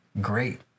great